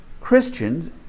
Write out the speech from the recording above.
Christians